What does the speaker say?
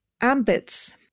ambits